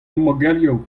mogerioù